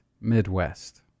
midwest